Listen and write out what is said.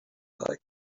like